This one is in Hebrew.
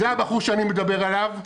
זה הבחור שאני מדבר עליו.